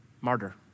martyr